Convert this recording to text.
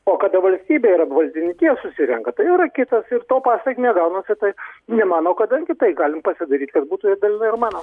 o kada valstybė ir valdininkija susirenka tai yra kitas ir to pasekmė gaunasi tai ne mano kadangi tai galim pasidaryt kad būtų ir dalinai ir mano